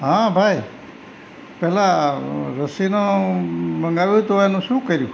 હા ભાઈ પેલા રસીનું મંગાવ્યું હતું એનું શું કર્યું